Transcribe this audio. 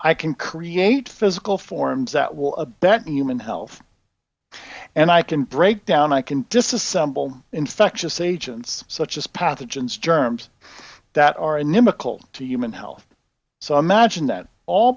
i can create physical forms that will abet human health and i can break down i can disassemble infectious agents such as pathogens germs that are inimical to human health so i imagine that all